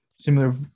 similar